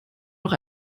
noch